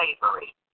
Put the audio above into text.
slavery